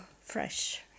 fresh